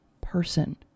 person